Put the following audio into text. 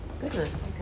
Goodness